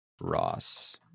Ross